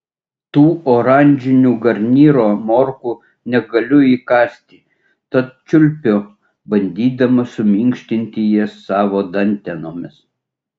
tų oranžinių garnyro morkų negaliu įkąsti tad čiulpiu bandydama suminkštinti jas savo dantenomis